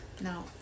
No